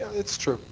it's true.